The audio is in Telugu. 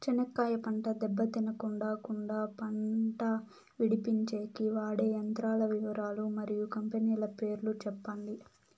చెనక్కాయ పంట దెబ్బ తినకుండా కుండా పంట విడిపించేకి వాడే యంత్రాల వివరాలు మరియు కంపెనీల పేర్లు చెప్పండి?